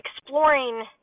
exploring